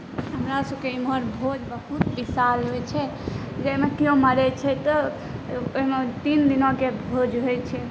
हमरा सबके एम्हर भोज बहुत विशाल होइ छै जाहिमे किओ मरै छै तऽ ओहिमे तीन दिनाके भोज होइ छै